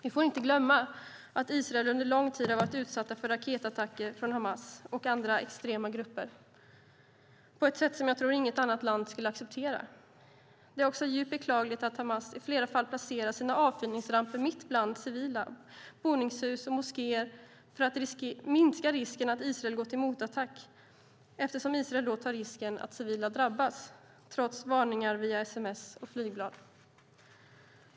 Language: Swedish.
Vi får inte glömma att Israel under lång tid har varit utsatt för raketattacker från Hamas och andra extrema grupper på ett sätt som jag tror inget annat land skulle acceptera. Det är djupt beklagligt att Hamas i flera fall placerar sina avfyrningsramper mitt bland civila, boningshus och moskéer för att minska risken att Israel går till motattack, eftersom Israel då tar risken att civila drabbas trots varningar via sms och flygblad.